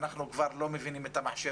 אנחנו כבר לא מבינים את המחשב,